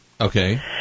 Okay